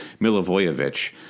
Milivojevic